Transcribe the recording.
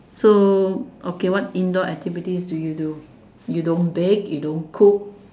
so okay what indoor activities do you do you don't bake you don't cook